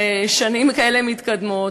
בשנים כאלה מתקדמות,